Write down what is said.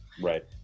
Right